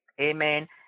Amen